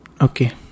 okay